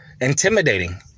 intimidating